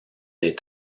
des